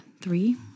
Three